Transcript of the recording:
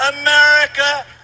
America